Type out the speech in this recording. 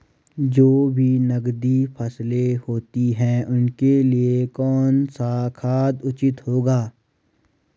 जो भी नकदी फसलें होती हैं उनके लिए कौन सा खाद उचित होगा?